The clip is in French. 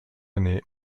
année